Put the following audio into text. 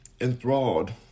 enthralled